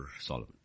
Solomon